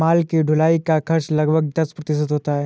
माल की ढुलाई का खर्च लगभग दस प्रतिशत होता है